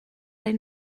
ein